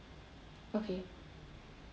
okay